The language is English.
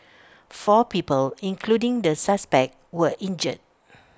four people including the suspect were injured